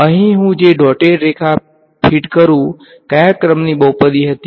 અહીં હું જે ડોટેડ રેખા ફીટ કરું કયા ક્રમની બહુપદી હતી